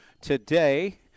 today